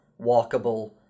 walkable